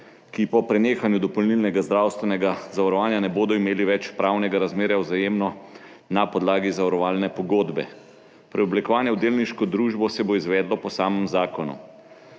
ki po prenehanju dopolnilnega zdravstvenega zavarovanja ne bodo imeli več pravnega razmerja z Vzajemno na podlagi zavarovalne pogodbe. Preoblikovanje v delniško družbo se bo izvedlo po samem zakonu.